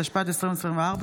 התשפ"ד 2024,